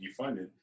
defunded